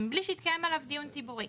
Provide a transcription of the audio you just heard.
ומבלי שהתקיים עליו דיון ציבורי.